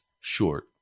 short